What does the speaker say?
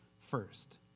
first